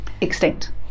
extinct